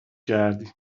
کردی